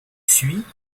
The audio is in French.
suit